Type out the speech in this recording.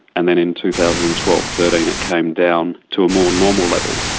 and then in two thousand and twelve thirteen it came down to a more normal level.